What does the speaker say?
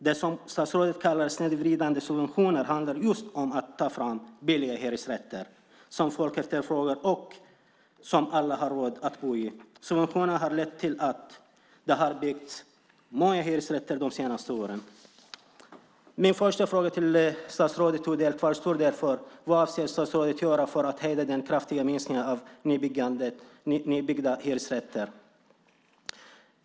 Det som statsrådet kallar snedvridande subventioner handlar just om att ta fram billiga hyresrätter som folk efterfrågar och som alla har råd att bo i. Subventionerna har lett till att det har byggts många hyresrätter de senaste åren. Min första fråga till statsrådet Odell kvarstår därför: Vad avser statsrådet att göra för att hejda den kraftiga minskningen av nybyggda hyresrätter?